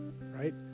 right